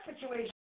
situation